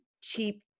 cheap